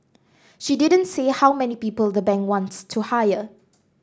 she didn't say how many people the bank wants to hire